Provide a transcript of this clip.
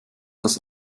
das